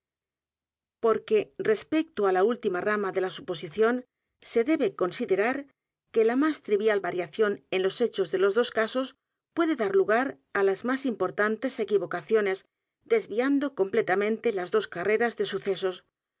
e respecto á la lütima rama de la suposición edgar poe novelas y cuentos se debe considerar que la más trivial variación en los hechos de los dos casos puede dar l u g a r a l a s más importantes equivocaciones desviando completamente las dos carreras de s